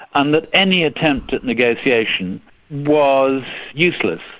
and that any attempt at negotiation was useless.